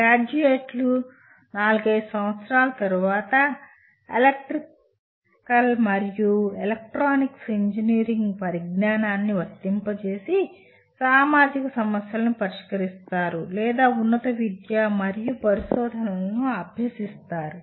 గ్రాడ్యుయేట్లు నాలుగైదు సంవత్సరాల తరువాత ఎలక్ట్రికల్ మరియు ఎలక్ట్రానిక్స్ ఇంజనీరింగ్ పరిజ్ఞానాన్ని వర్తింపజేసి సామాజిక సమస్యలను పరిష్కరిస్తారు లేదా ఉన్నత విద్య మరియు పరిశోధనలను అభ్యసిస్తారు